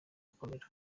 gukomera